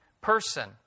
person